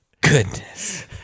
goodness